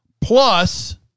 plus